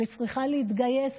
אני צריכה להתגייס.